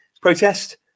protest